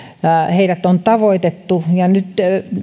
heidät on tavoitettu ja nyt